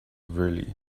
really